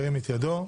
ירים את ידו.